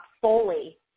fully